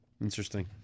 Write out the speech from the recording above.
interesting